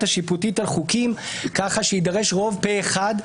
השיפוטית על חוקים כך שיידרש רוב פה-אחד,